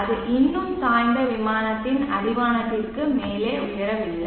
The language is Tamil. அது இன்னும் சாய்ந்த விமானத்தின் அடிவானத்திற்கு மேலே உயரவில்லை